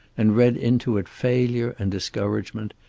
and read into it failure and discouragement,